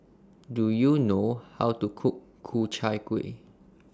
Do YOU know How to Cook Ku Chai Kuih